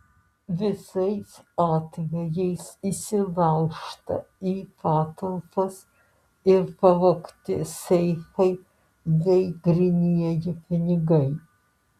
visais atvejais įsilaužta į patalpas ir pavogti seifai bei grynieji pinigai